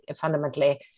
fundamentally